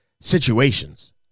situations